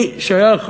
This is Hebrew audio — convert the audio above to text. אני שייך,